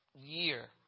year